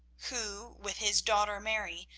who, with his daughter mary,